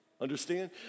Understand